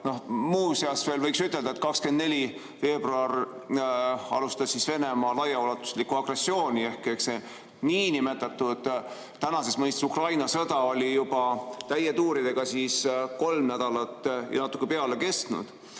Muuseas, veel võiks ütelda, et 24. veebruaril alustas Venemaa laiaulatuslikku agressiooni ehk see tänases mõistes Ukraina sõda oli juba täie tuuriga siis kolm nädalat ja natuke peale kestnud.